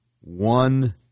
one